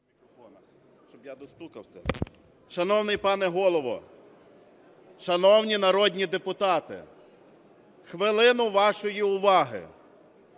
Шановний пане Голово, шановні народні депутати, хвилину вашої уваги!